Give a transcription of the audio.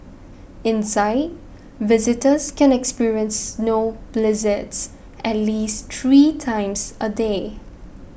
inside visitors can experience snow blizzards at least three times a day